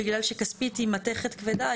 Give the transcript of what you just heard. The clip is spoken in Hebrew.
בגלל שכספית היא מתכת כבדה,